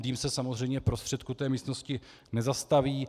Dým se samozřejmě v prostředku té místnosti nezastaví.